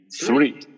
three